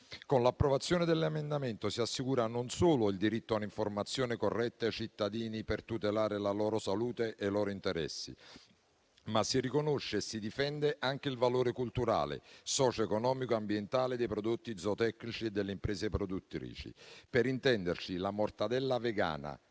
Con l'approvazione di tale emendamento si assicura non solo il diritto dei cittadini a ricevere un'informazione corretta per tutelare la loro salute e i loro interessi, ma si riconosce e si difende anche il valore culturale, socioeconomico e ambientale dei prodotti zootecnici e delle imprese produttrici. Per intenderci, la mortadella vegana